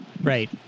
Right